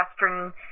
western